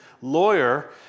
lawyer